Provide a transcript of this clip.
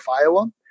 Iowa